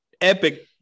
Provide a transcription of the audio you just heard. epic